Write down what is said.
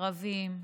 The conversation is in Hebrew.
ערבים,